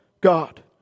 God